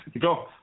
Go